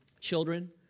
Children